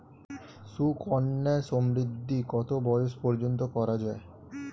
সুকন্যা সমৃদ্ধী কত বয়স পর্যন্ত করা যায়?